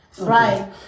Right